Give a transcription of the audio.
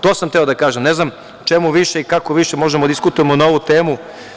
To sam hteo da kažem, ne znam čemu više i kako više možemo da diskutujemo na ovu temu.